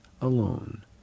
alone